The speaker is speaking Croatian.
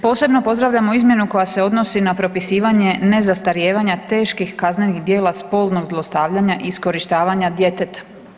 Posebno pozdravljamo izmjenu koja se odnosi na propisivanje ne zastarijevanja teških kaznenih djela spolnog zlostavljanja iskorištavanja djeteta.